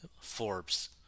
Forbes